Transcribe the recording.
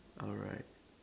alright